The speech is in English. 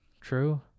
true